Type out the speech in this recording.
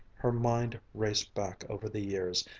her mind raced back over the years,